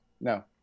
No